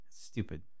stupid